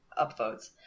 upvotes